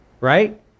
right